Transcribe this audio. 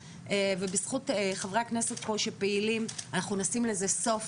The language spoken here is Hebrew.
ובזכות חברי הכנסת פה שפעילים אנחנו נשים לזה סוף.